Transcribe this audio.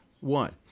One